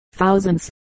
thousands